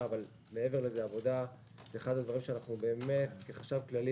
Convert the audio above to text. אבל מעבר לזה זה אחד הדברים שאנחנו כחשב כללי